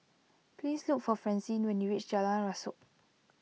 please look for Francine when you reach Jalan Rasok